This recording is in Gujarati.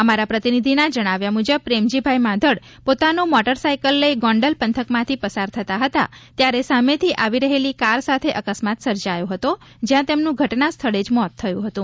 અમારા પ્રતિનિધિના જણાવ્યા મુજબ પ્રેમજીભાઇ માધડ પોતાનુ મોટર સાયકલ લઇ ગોંડલ પંથકમાથી પસાર થતા હતા ત્યારે સામેથી આવી રહેલી કાર સાથે અકસ્માત સર્જાયો હતો જેમાં તેમનુ ઘટના સ્થળે જ મોત થયુ હતું